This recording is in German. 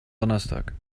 donnerstag